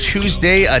Tuesday